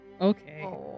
Okay